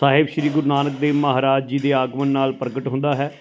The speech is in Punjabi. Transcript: ਸਾਹਿਬ ਸ਼੍ਰੀ ਗੁਰੂ ਨਾਨਕ ਦੇਵ ਮਹਾਰਾਜ ਜੀ ਦੇ ਆਗਮਨ ਨਾਲ ਪ੍ਰਗਟ ਹੁੰਦਾ ਹੈ